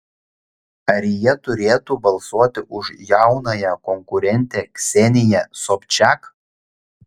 ar jie turėtų balsuoti už jaunąją konkurentę kseniją sobčiak